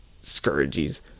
scourges